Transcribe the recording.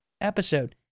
episode